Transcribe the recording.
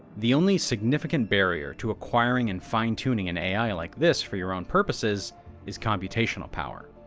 the only significant barrier to acquiring and fine-tuning an ai like this for your own purposes is computational power.